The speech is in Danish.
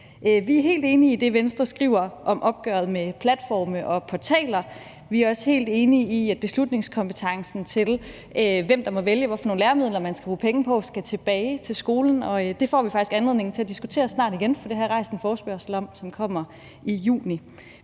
Vi er helt enige i det, Venstre skriver om opgøret med platforme og portaler. Vi er også helt enige i, at beslutningskompetencen, i forhold til hvem der må vælge, hvilke læremidler man skal bruge penge på, skal tilbage til skolen, og det får vi faktisk anledning til at diskutere snart igen, for det har jeg rejst en forespørgsel om, som kommer i juni.